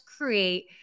create